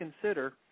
consider